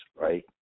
right